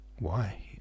Why